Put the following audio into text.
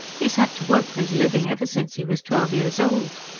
he has had to work for his living ever since he was twelve years old.